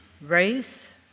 race